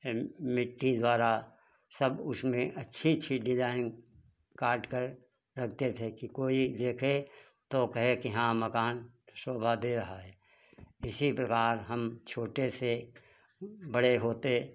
हम मिट्टी ज्यादा सब उसमें अच्छी अच्छी डिजाइन काटकर रखते थे कि कोई देखे तो कहे कि हाँ मकान शोभा दे रहा है इसी प्रकार हम छोटे से बड़े होते